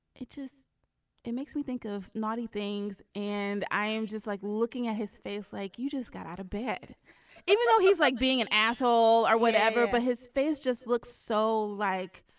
it is it makes me think of naughty things. and i am just like looking at his face like you just got out of bed even though he's like being an asshole or whatever but his face just looks so like